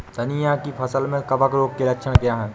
धनिया की फसल में कवक रोग के लक्षण क्या है?